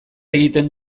egiten